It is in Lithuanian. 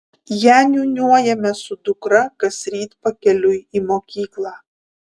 ją niūniuojame su dukra kasryt pakeliui į mokyklą